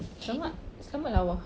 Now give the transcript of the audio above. selamat selamat lawa